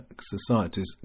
societies